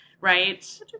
right